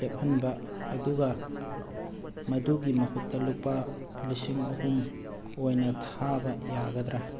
ꯂꯦꯞꯐꯟꯕ ꯑꯗꯨꯒ ꯃꯗꯨꯒꯤ ꯃꯍꯨꯠꯇ ꯂꯨꯄꯥ ꯂꯤꯁꯤꯡ ꯑꯍꯨꯝ ꯑꯣꯏꯅ ꯊꯥꯕ ꯌꯥꯒꯗ꯭ꯔꯥ